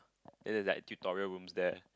then there's like tutorial rooms there